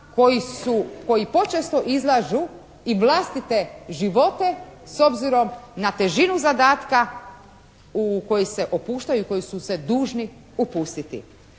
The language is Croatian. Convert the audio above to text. koji počesto izlažu i vlastite živote s obzirom na težinu zadatka u koji se upuštaju, u koji su se dužni upustiti.